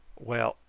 well,